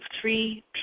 three